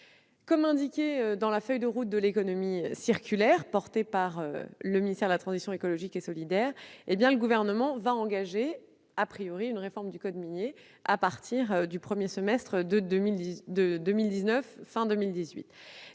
Comme indiqué dans la feuille de route de l'économie circulaire, portée par le ministère de la transition écologique et solidaire, le Gouvernement devrait engager la réforme du code minier à partir de la fin de cette année ou du